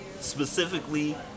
specifically